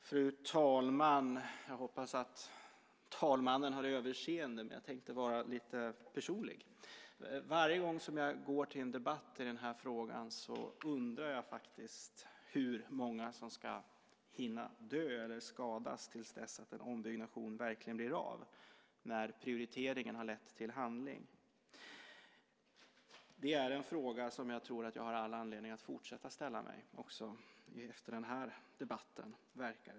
Fru talman! Jag hoppas att tredje vice talmannen har överseende med att jag blir lite personlig. Varje gång som jag går till en debatt i denna fråga undrar jag faktiskt hur många som ska hinna dö eller skadas tills en ombyggnation verkligen blir av, när prioriteringen har lett till handling. Det är en fråga som jag tror att jag har all anledning att fortsätta att ställa mig även efter denna debatt.